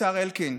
השר אלקין,